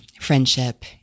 friendship